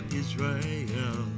israel